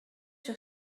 sur